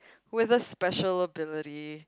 with a special ability